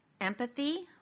empathy